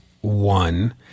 one